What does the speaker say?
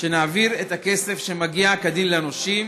שנעביר את הכסף שמגיע כדין לנושים.